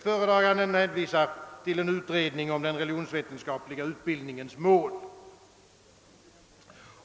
Föredraganden hänvisar till en utredning om den religionsvetenskapliga utbildningens mål.